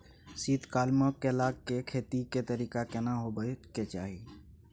शीत काल म केला के खेती के तरीका केना होबय के चाही?